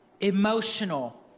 emotional